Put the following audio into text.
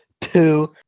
two